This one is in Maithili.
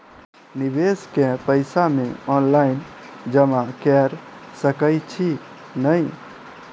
निवेश केँ पैसा मे ऑनलाइन जमा कैर सकै छी नै?